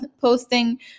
posting